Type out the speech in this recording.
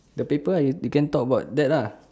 the paper you can talk about that lah